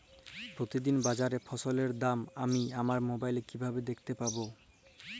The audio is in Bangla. প্রতিদিন বাজারে ফসলের দাম আমি আমার মোবাইলে কিভাবে দেখতে পাব?